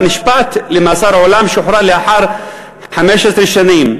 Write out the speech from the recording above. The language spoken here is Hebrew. הוא נשפט למאסר עולם ושוחרר לאחר 15 שנים.